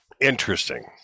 Interesting